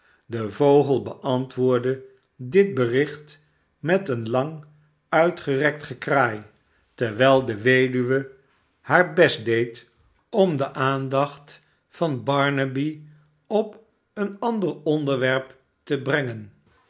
de vogel beantwoordde dit bericht met een lang uitgerekt gekraai terwijl de weduwe haar best deed om de aandacht van barnaby gebruikt als een hefboom barnaby op een ander onderwep te brengen